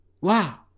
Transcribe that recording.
Wow